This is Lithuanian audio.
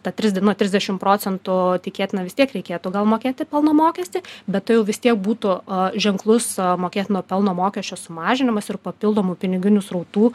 tad tris na trisdešimt procentų o tikėtina vis tiek reikėtų gal mokėti pelno mokestį bet tu jau vis tiek būtų o ženklus mokėtino pelno mokesčio sumažinimas ir papildomų piniginių srautų